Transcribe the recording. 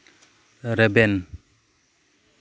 ᱨᱮᱵᱮᱱ